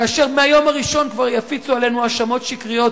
כאשר מהיום הראשון כבר יפיצו עלינו האשמות שקריות